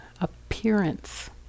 appearance